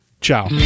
Ciao